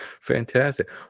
Fantastic